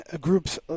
groups